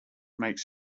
makes